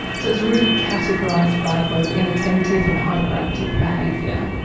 so it's really categorised by both inattentive and hyperactive behaviour.